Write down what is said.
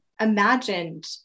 imagined